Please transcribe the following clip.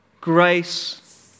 grace